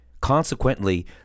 Consequently